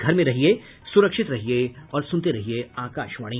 घर में रहिये सुरक्षित रहिये और सुनते रहिये आकाशवाणी